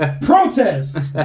protest